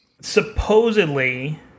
Supposedly